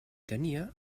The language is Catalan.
tenia